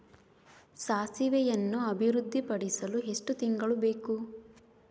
ಸಾಸಿವೆಯನ್ನು ಅಭಿವೃದ್ಧಿಪಡಿಸಲು ಎಷ್ಟು ತಿಂಗಳು ಬೇಕು?